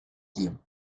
tiempo